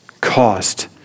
cost